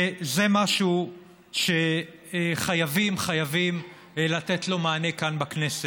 וזה משהו שחייבים, חייבים, לתת לו מענה כאן בכנסת.